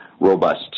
robust